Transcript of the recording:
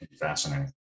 fascinating